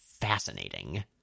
fascinating